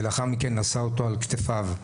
ולאחר מכן נשא אותו על כתפיו.